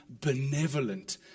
benevolent